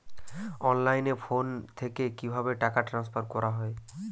অনলাইনে ফোন থেকে কিভাবে টাকা ট্রান্সফার করা হয়?